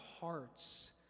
hearts